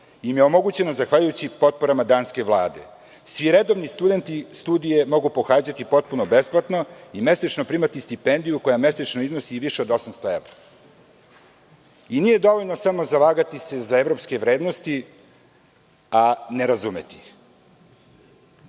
im je omogućeno zahvaljujući potporama danske vlade. Svi redovni studenti studije mogu pohađati potpuno besplatno i mesečno primati stipendiju koja mesečno iznosi više od 800 evra. Nije dovoljno samo zalagati se za evropske vrednosti, a ne razumeti